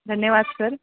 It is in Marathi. धन्यवाद सर